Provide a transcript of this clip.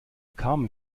carmen